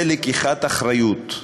זה לקיחת אחריות.